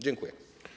Dziękuję.